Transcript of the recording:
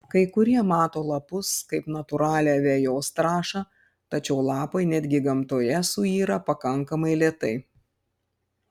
kai kurie mato lapus kaip natūralią vejos trąšą tačiau lapai netgi gamtoje suyra pakankamai lėtai